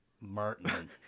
Martin